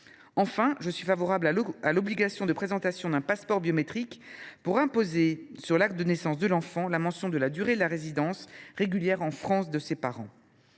Enfin, je suis favorable à l’obligation de présentation d’un passeport biométrique pour apposer sur l’acte de naissance de l’enfant la mention de la durée de la résidence régulière en France de ses parents.